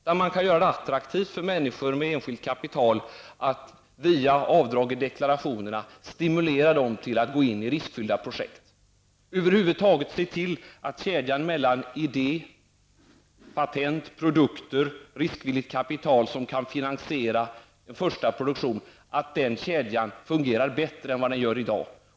Det gäller att via möjlighet till avdrag i deklarationen göra det attraktivt för människor med enskilt kapital att gå in i riskfyllda projekt. Över huvud taget måste man se till att kedjan mellan idé, patent, produkter och riskvilligt kapital som kan finansiera en första produktion fungerar bättre än vad den gör i dag.